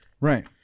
Right